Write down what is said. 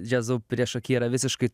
džiazu priešaky yra visiškai